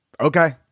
okay